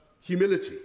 humility